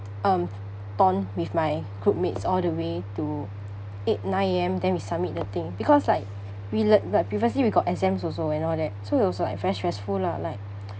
um pon with my group mates all the way to eight nine A_M then we submit the thing because like we let like previously we got exams also and all that so it was like very stressful lah like